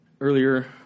Earlier